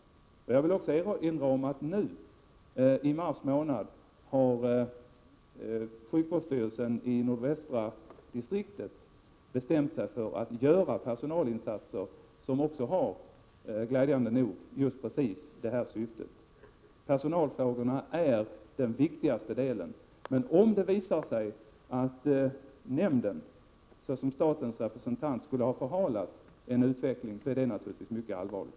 1987/88:91 Jag vill också erinra om att sjukvårdsstyrelsen i nordvästra distriktet nuimars 24 mars 1988 månad bestämt sig för att göra personalinsatser som också glädjande nog har precis det här syftet. Personalfrågorna är viktigast. Om det visar sig att NUU-nämnden såsom statens representant skulle ha förhalat en utveckling, så är det naturligtvis mycket allvarligt.